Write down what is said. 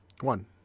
one